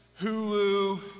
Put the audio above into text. hulu